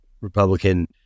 republican